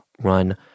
run